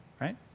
right